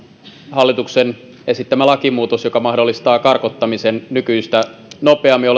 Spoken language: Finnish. hallituksen esittämä lakimuutos joka mahdollistaa karkottamisen nykyistä nopeammin